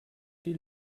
die